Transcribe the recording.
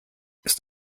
ist